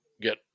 get